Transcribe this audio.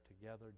together